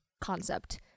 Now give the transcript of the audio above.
concept